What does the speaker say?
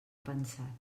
pensat